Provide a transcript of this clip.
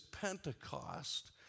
Pentecost